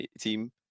team